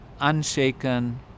unshaken